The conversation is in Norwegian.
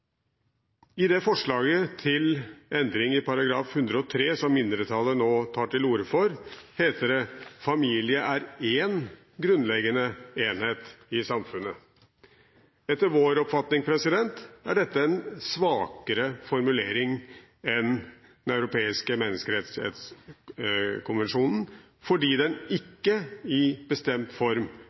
I det forslaget til endring i § 103 som mindretallet nå tar til orde for, heter det: «Familien er en grunnleggende enhet i samfunnet.» Etter vår oppfatning er dette en svakere formulering enn Den europeiske menneskerettskonvensjonens, fordi den ikke i bestemt form